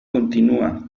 continúa